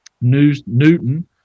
Newton